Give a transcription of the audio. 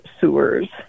sewers